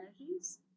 energies